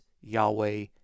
Yahweh